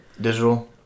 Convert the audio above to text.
Digital